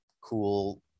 cool